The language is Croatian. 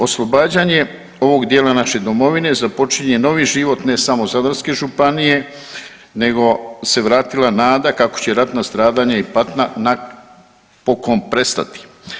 Oslobađanje ovog dijela naše Domovine započinje novi život ne samo Zadarske županije, nego se vratila nada kako će ratna stradanja i patnja napokon prestati.